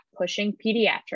PushingPediatrics